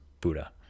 Buddha